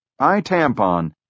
iTampon